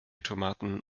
tomaten